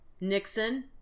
Nixon